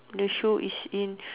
the shoe is in